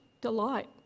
delight